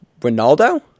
Ronaldo